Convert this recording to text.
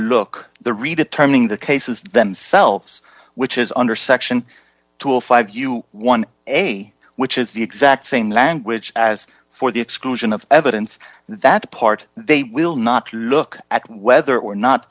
look the read it turning the cases themselves which is under section two a five you one a which is the exact same language as for the exclusion of evidence that part they will not look at whether or not